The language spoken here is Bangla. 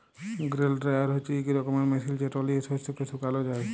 গ্রেল ড্রায়ার হছে ইক রকমের মেশিল যেট লিঁয়ে শস্যকে শুকাল যায়